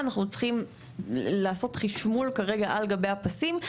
אנחנו צריכים לעשות חשמול כרגע על גבי הפסים,